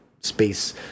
space